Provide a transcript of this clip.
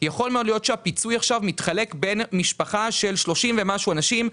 יכול מאוד להיות שהפיצוי עכשיו מתחלק בין משפחה של שלושים ומשהו אנשים,